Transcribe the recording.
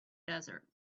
desert